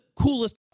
coolest